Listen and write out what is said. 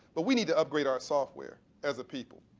but we need to upgrade our software as a people.